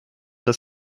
das